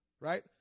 right